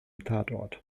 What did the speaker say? tatort